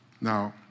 Now